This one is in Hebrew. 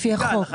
כן, לפי החוק.